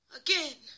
again